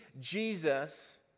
Jesus